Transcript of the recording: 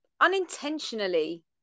unintentionally